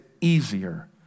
easier